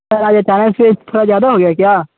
sir आज अचानक से थोड़ा ज़्यादा हो गया क्या